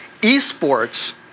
Esports